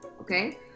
okay